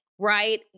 right